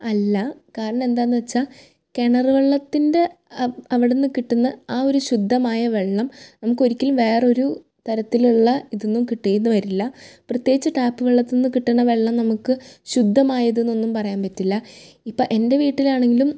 അല്ല കാരണം എന്താന്ന് വെച്ചാൽ കിണർ വെള്ളത്തിൻ്റെ അവിടുന്ന് കിട്ടുന്ന ആ ഒരു ശുദ്ധമായ വെള്ളം നമുക്കൊരിക്കലും വേറൊരു താരത്തിലുള്ള ഇതൊന്നും കിട്ടീന്ന് വരില്ല പ്രത്യേകിച്ച് ടാപ്പ് വെള്ളത്തീന്ന് കിട്ടണ വെള്ളം നമുക്ക് ശുദ്ധമായതെന്നൊന്നും പറയാൻ പറ്റില്ല ഇപ്പം ഏൻ്റെ വീട്ടിലാണെങ്കിലും